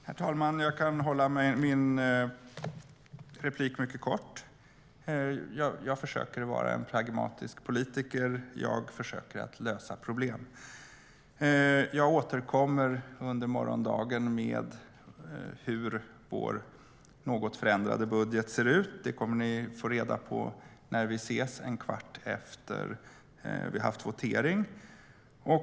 Herr talman! Jag kan hålla min replik mycket kort. Jag försöker att vara en pragmatisk politiker, och jag försöker lösa problem. Jag återkommer under morgondagen med hur vår något förändrade budget ser ut. Det kommer ni, Niclas Malmberg, att få reda på när vi ses en kvart efter att vi har haft votering.